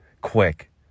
Quick